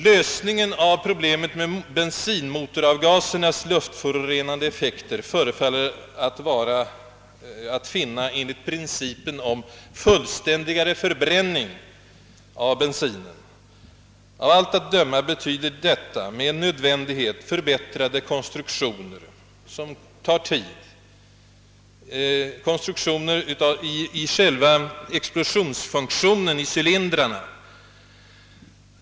Lösningen av problemet med bensinmotoravgasernas luftförorenande effekter tycks vara att finna enligt principen om fullständigare förbränning av bensin. Av allt att döma betyder detta med nödvändighet förbättrade konstruktioner, som gäller själva explosionsfunktionen i cylindrarna och som tar tid.